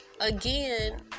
again